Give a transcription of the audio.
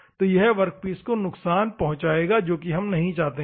तो यह वर्कपीस को नुकसान पहुंचाएगा जो हम नहीं चाहते हैं